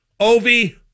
Ovi